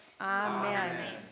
Amen